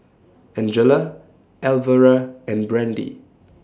Angela Alvera and Brandee